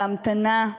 בהמתנה,